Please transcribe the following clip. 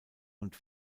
und